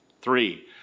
three